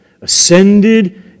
ascended